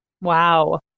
Wow